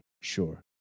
sure